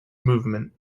movement